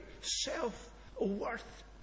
self-worth